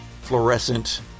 fluorescent